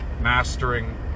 mastering